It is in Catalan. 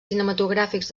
cinematogràfics